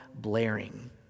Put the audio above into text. blaring